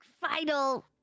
final